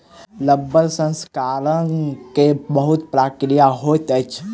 रबड़ प्रसंस्करण के बहुत प्रक्रिया होइत अछि